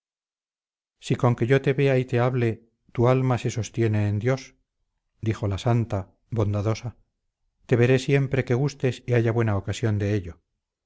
si con que yo te vea y te hable tu alma se sostiene en dios dijo la santa bondadosa te veré siempre que gustes y haya buena ocasión de ello